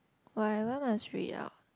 why why must read out